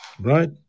right